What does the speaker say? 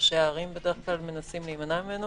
וראשי הערים בדרך כלל מנסים להימנע ממנו